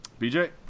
BJ